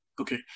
Okay